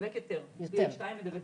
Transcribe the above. מדבק יותר, BA2 מדבק